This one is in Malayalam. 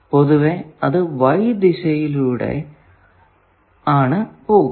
പൊതുവെ അത് y ദിശ എന്നാണ് പറയുക